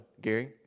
gary